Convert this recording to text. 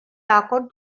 acord